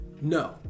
No